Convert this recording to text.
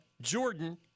Jordan